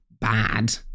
bad